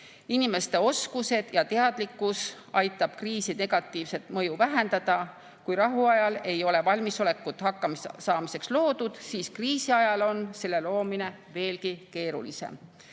Inimeste oskused ja teadlikkus aitavad kriisi negatiivset mõju vähendada. Kui rahuajal ei ole valmisolekut hakkamasaamiseks loodud, siis kriisiajal on selle loomine veelgi keerulisem.